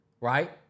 right